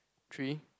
three